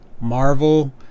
Marvel